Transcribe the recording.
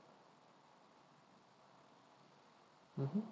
mmhmm